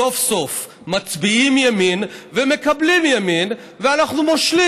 סוף-סוף מצביעים ימין ומקבלים ימין ואנחנו מושלים.